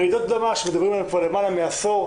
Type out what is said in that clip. רעידות אדמה שמדברים עליהן כבר למעלה מעשור,